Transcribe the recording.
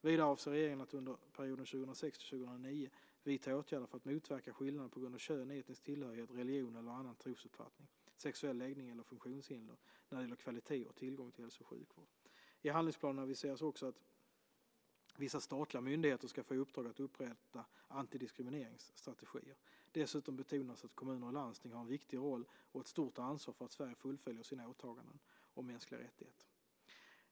Vidare avser regeringen att under perioden 2006-2009 vidta åtgärder för att motverka skillnader på grund av kön, etnisk tillhörighet, religion eller annan trosuppfattning, sexuell läggning eller funktionshinder när det gäller kvalitet och tillgång till hälso och sjukvård. I handlingsplanen aviseras också att vissa statliga myndigheter ska få i uppdrag att upprätta antidiskrimineringsstrategier. Dessutom betonas att kommuner och landsting har en viktig roll och ett stort ansvar för att Sverige fullföljer sina åtaganden om mänskliga rättigheter.